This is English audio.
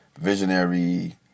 visionary